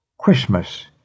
Christmas